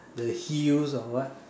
the hills or what